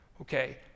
Okay